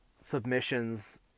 submissions